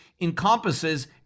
encompasses